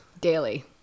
Daily